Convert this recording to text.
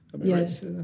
yes